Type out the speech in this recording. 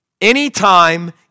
anytime